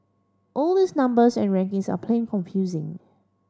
all these numbers and rankings are plain confusing